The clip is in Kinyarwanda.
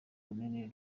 ururimi